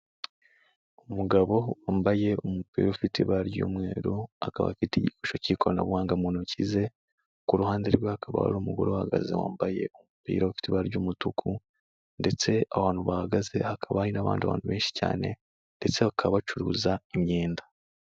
Umugabo wambaye umupira ufite ibara ry'umweru akaba afite igikoresho cy'ikoranabuhanga mu ntoki ze, ku ruhande rwe hakaba hari umugore uhahagaze wambaye umupira ufite ibara ry'umutuku ndetse ahantu bahagaze hakaba hari n'abandi bantu benshi cyane ndetse bakabacuruza imyenda.